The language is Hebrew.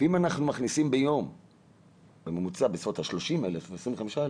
ואם אנחנו מכניסים ביום בממוצע בסביבות ה-30,000 או 25,000,